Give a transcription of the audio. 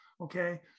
okay